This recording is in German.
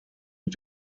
mit